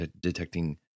detecting